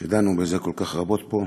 ודנו בזה רבות פה.